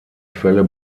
quelle